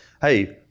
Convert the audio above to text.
hey